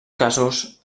casos